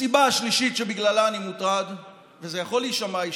הסיבה השלישית שבגללה אני מוטרד וזה יכול להישמע אישי,